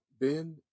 Ben